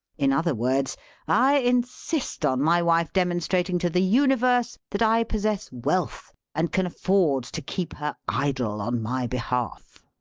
in other words i insist on my wife demonstrat ing to the universe that i possess wealth and can afford to keep her idle on my behalf.